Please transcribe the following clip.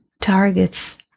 targets